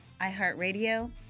iHeartRadio